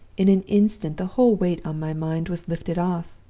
in an instant the whole weight on my mind was lifted off